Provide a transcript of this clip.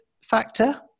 factor